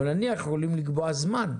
אבל נניח יכולים לקבוע זמן.